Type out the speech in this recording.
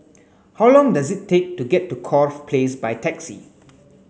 how long does it take to get to Corfe Place by taxi